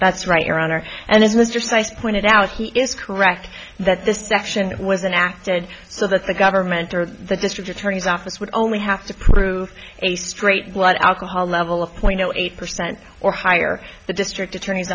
that's right your honor and as mr slice pointed out he is correct that this action was an acted so that the government or the district attorney's office would only have to prove a straight blood alcohol level of point zero eight percent or higher the district attorney's